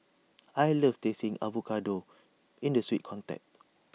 I love tasting avocado in the sweet context